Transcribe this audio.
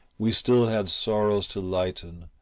we still had sorrows to lighten,